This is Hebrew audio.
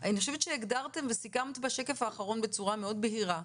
אני חושבת שהגדרתם וסיכמת בשקף האחרון בצורה מאוד בהירה.